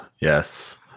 yes